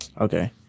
okay